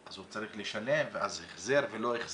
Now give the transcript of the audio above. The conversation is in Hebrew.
שאם צריך להירשם עוד פעם אז הוא צריך לשלם ואז החזר ולא החזר.